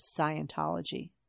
Scientology